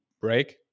break